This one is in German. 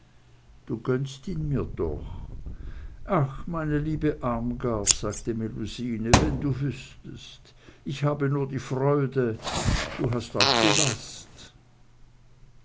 du gönnst ihn mir doch ach meine liebe armgard sagte melusine wenn du wüßtest ich habe nur die freude du hast auch die last